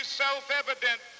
self-evident